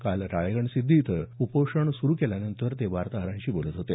काल राळेगणसिद्धी इथं उपोषण सुरू केल्यानंतर ते वार्ताहरांशी बोलत होते